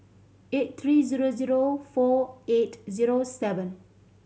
eight three zero zero four eight zero seven